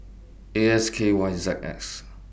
A S K Y Z X